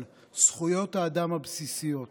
אבל זכויות האדם הבסיסיות,